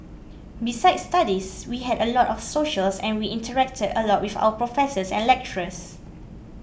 besides studies we had a lot of socials and we interacted a lot with our professors and lecturers